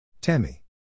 Tammy